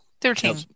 Thirteen